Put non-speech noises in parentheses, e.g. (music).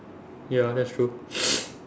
ya that's true (noise)